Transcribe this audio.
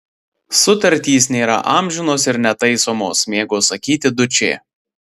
sutartys nėra amžinos ir netaisomos mėgo sakyti dučė